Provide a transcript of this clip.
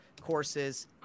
courses